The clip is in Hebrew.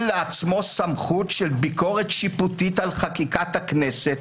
לעצמו סמכות של ביקורת שיפוטית על חקיקת הכנסת,